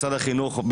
משרד החינוך,